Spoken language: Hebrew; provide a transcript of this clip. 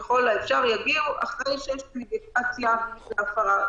ככל האפשר יגיעו אחרי שיש אינדיקציה להפרה.